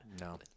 No